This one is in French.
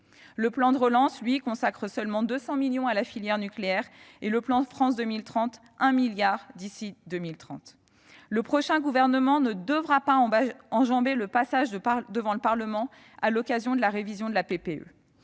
Le plan de relance consacre seulement 200 millions d'euros à la filière nucléaire ; quant au plan France 2030, il lui alloue 1 milliard d'euros d'ici à 2030. Le prochain gouvernement ne devra pas enjamber le passage devant le Parlement à l'occasion de la révision de la PPE.